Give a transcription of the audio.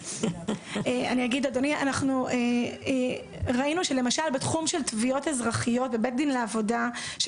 אנחנו ראינו שלמשל בתחום של תביעות אזרחיות בבית דין לעבודה,